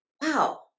wow